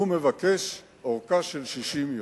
הוא מבקש ארכה של 60 יום,